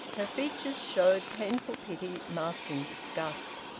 her features showed painful pity masking disgust.